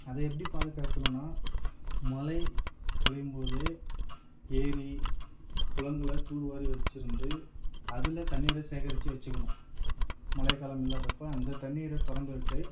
அதை எப்படி பாதுகாக்கணும்னால் மழை பொழியும் போது ஏரி குளங்களை தூர்வாரி வச்சிருந்து அதில் தண்ணீரை சேகரித்து வச்சிக்கணும் மழை காலங்கள் இல்லாதப்போ அந்த தண்ணீரை திறந்து விட்டு